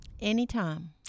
Anytime